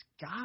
God